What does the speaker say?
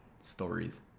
stories